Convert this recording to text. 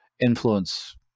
influence